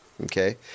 Okay